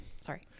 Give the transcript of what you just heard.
Sorry